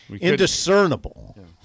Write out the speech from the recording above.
indiscernible